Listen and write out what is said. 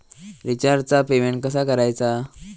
रिचार्जचा पेमेंट कसा करायचा?